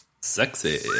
Sexy